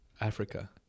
Africa